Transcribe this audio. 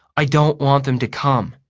i don't want them to come!